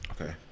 okay